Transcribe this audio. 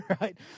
right